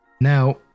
Now